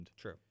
True